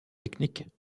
technique